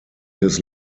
his